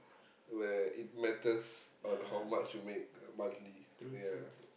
where it matters on how much you make monthly ya